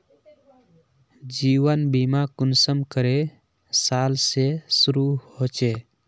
जीवन बीमा कुंसम करे साल से शुरू होचए?